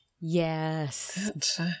Yes